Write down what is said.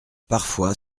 parfois